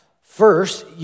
first